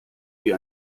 wie